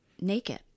naked